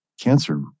cancer